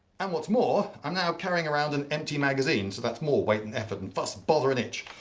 and what's more, i'm now carrying around an empty magazine. so that's more weight and effort and fuss, bother and itch.